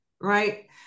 right